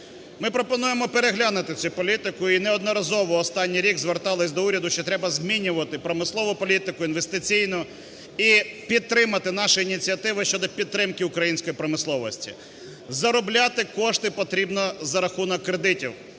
Ми пропонуємо переглянути цю політику, і неодноразово останній рік звертались до уряду, що треба змінювати промислову політику, інвестиційну і підтримати наші ініціативи щодо підтримки української промисловості. Заробляти кошти потрібно за рахунок кредитів,